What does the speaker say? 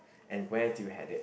and where did you had it